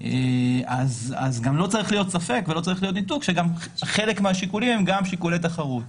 גם לא צריך להיות ספק שחלק מהשיקולים הם גם שיקולי תחרות.